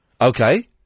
Okay